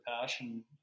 passion